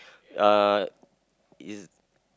uh is